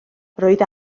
roedd